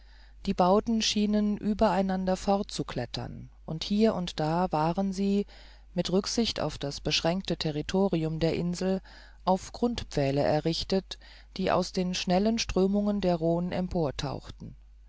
die bauten schienen über einander fortzuklettern und hier und da waren sie mit rücksicht auf das beschränkte territorium der insel auf grundpfählen errichtet die aus den schnellen strömungen der